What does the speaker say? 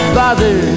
bother